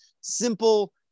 simple